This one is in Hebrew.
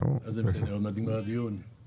לא אחזור על הדברים שנאמרו פה.